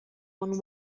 one